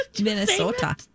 Minnesota